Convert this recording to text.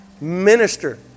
Minister